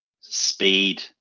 speed